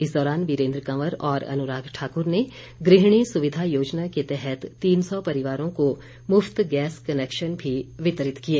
इस दौरान वीरेंद्र कंवर और अनुराग ठाकुर ने गृहिणी सुविधा योजना के तहत तीन सौ परिवारों को मुफ्त गैस कनेक्शन भी वितरित किए